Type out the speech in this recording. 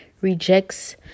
rejects